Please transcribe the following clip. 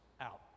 out